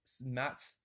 Matt